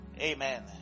Amen